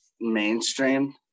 mainstream